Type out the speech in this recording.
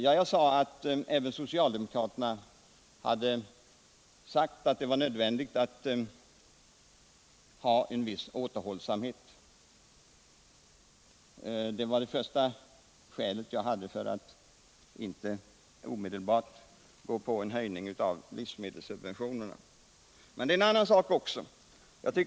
Jag sade att även socialdemokraterna ansett det vara nödvändigt med en viss återhållsamhet. Nödvändigheten av återhållsamhet var också mitt första skäl för att inte omedelbart gå med på en höjning av livsmedelssubventionerna. Men det finns ytterligare ett skäl.